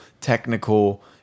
technical